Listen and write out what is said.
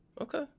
Okay